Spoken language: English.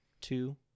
two